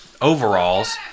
overalls